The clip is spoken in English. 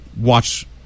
Watch